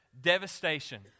devastation